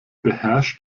beherrscht